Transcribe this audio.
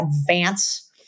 advance